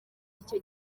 icyo